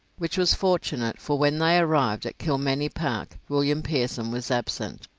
which was fortunate, for when they arrived at kilmany park william pearson was absent,